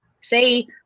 say